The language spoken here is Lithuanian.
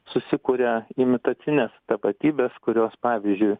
susikuria imitacines tapatybes kurios pavyzdžiui